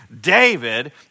David